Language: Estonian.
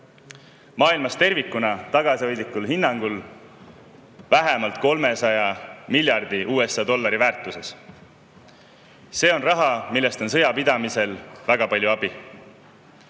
maailmas tervikuna – tagasihoidlikul hinnangul – vähemalt 300 miljardi USA dollari väärtuses. See on raha, millest on sõjapidamisel väga palju abi.